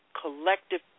collective